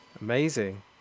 amazing